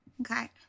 okay